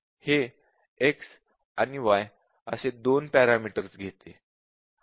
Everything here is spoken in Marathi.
हे x आणि y असे दोन पॅरामीटर्स घेते